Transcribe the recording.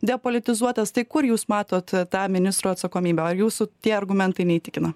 depolitizuotas tai kur jūs matot tą ministro atsakomybę ar jūsų tie argumentai neįtikino